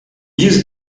use